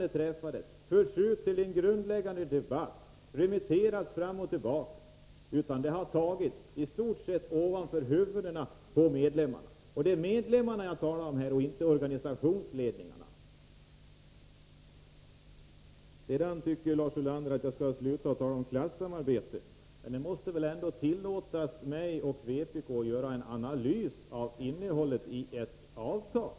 Det hade inte varit ute på remiss, utan avtalet slöts i stort sett ovanför huvudena på medlemmarna. Det är medlemmarna som jag talar om här — inte organisationsledningarna. Lars Ulander tycker att jag skall sluta tala om klassamarbete. Det måste väl ändå tillåtas mig och vpk att göra en analys av innehållet i ett avtal.